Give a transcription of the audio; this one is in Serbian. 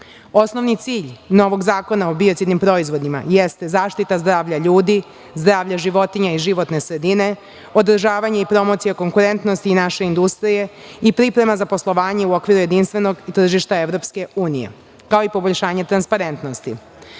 cilj novog Zakona o biocidnim proizvodima jeste zaštita zdravlja ljudi, zdravlja životinja i životne sredine, održavanje i promocija konkurentnosti i naše industrije i priprema za poslovanje u okviru jedinstvenog tržišta EU, kao i poboljšanja transparentnosti. Kada